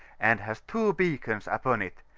and has two beacons upon it,